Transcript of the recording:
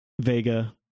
Vega